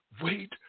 Wait